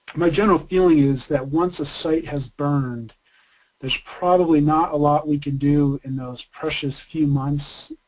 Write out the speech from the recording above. my general feeling is that once a site has burned there's probably not a lot we can do in those precious few months,